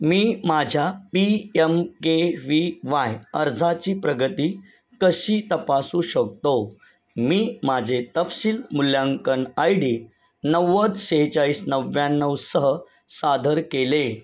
मी माझ्या P M K V Y अर्जाची प्रगती कशी तपासू शकतो मी माझे तपशील मूल्यांकन आय डी नव्वद सेहेचाळीस नव्याण्णव सह सादर केले